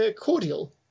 cordial